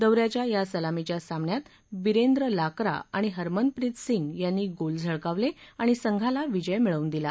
दौ याच्या या सलामीच्या सामन्यात बिरेंद्र लाक्रा आणि हरमनप्रित सिंग यांनी गोल झळकावले आणि संघाला विजय मिळवून दिला